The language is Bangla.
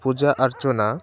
পূজা অর্চনা